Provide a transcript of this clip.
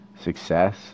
success